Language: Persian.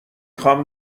خوام